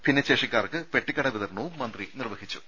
ഭിന്നശേഷിക്കാർക്ക് പെട്ടിക്കട വിതരണവും മന്ത്രി നിർവഹിച്ചു